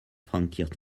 frankiert